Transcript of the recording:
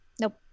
Nope